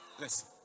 Listen